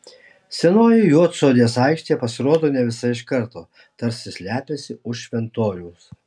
senoji juodsodės aikštė pasirodo ne visa iš karto tarsi slepiasi už šventoriaus